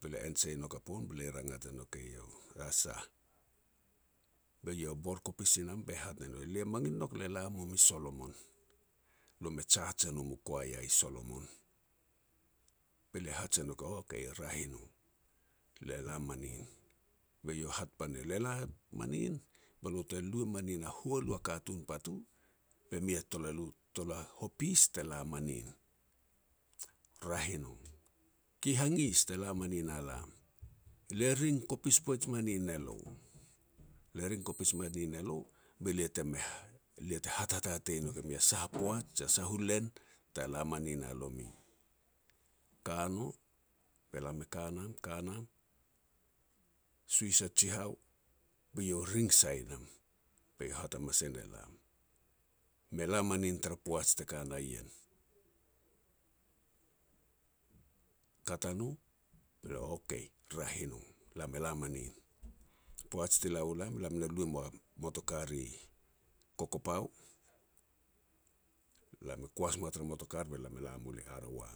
be lia ensa e nouk a pon, be lia rangat e nouk eiau, "A sah." Be eiau e bor kopis i nam, be hat ne no, le mangil nouk le la mum i Solomon, lo me jaj e nom u koya i Solomon. Be lia hats e nouk eiau, "Okay, reah i no, le la manin." Be eiau hat pan ne lia, "Le la manin be lo te lue manin a hualu a katun patu, be mi a talalu tola hopis te la manin." "Raeh i no, ki hangis te la manin a lam." "Le ring kopis poij manin elo, le ring kopis manin elo, be lia teme lia te hat hataei nouk e mi a sah a poaj jia sah u len te la manin a lomi." Kano be lam e ka nam, ka nam, suhis a jihao, be eiau e ring sai nam, be iau hat hamas e ne lam, "Me la manin tara poaj teka na ien." Kat a no, be "Okay, raeh i no, lam e la manin." Poaj ti la u lam be lam na lu e moa motokar i Kokopau, be lam koas moa tara motokar, be lam e la mul Arawa.